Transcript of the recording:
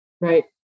Right